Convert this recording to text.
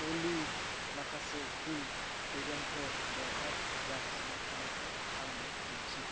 अलि माखासे कुल इभेन्टफोर बेवहाय जागासिनो थानायखौ आंनो दिन्थि